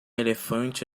elefante